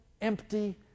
empty